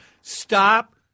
Stop